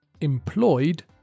Employed